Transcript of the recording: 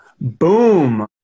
boom